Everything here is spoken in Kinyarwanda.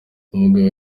umugabo